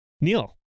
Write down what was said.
Neil